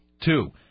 Two